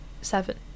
seven